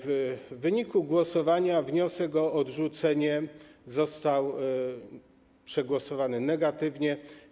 W wyniku głosowania wniosek o odrzucenie został przegłosowany negatywnie.